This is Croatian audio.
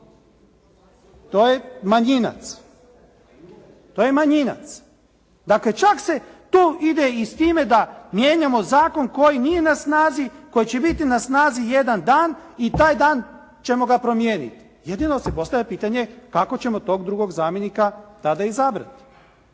to je manjinac. Dakle, čak se tu ide i s time da mijenjamo zakon koji nije na snazi, koji će biti na snazi jedan dan i taj dan ćemo ga promijeniti. Jedino se postavlja pitanje kako ćemo tog drugog zamjenika tada izabrati.